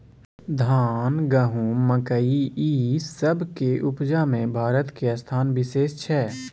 धान, गहूम, मकइ, ई सब के उपजा में भारत के स्थान विशेष छै